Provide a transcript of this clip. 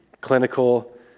clinical